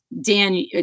Dan